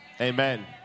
amen